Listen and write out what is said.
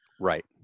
Right